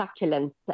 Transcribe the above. succulents